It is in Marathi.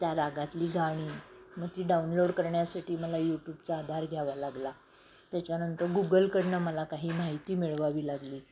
त्या रागातली गाणी मग ती डाउनलोड करण्यासाठी मला यूट्यूबचा आधार घ्यावा लागला त्याच्यानंतर गुगलकडनं मला काही माहिती मिळवावी लागली